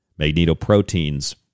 magnetoproteins